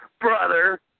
brother